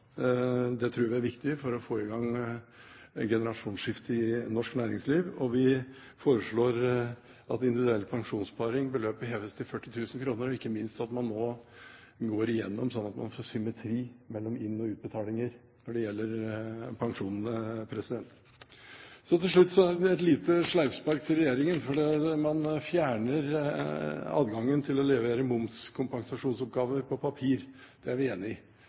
er viktig for å få i gang generasjonsskifte i norsk næringsliv – vi foreslår at sparebeløpet på individuell pensjonssparing heves til 40 000 kr, og ikke minst at man nå går igjennom pensjonene, sånn at man får symmetri mellom inn- og utbetalinger. Til slutt et lite sleivspark til regjeringen. Man fjerner adgangen til å levere momskompensasjonsoppgaver på papir. Det er vi enig i.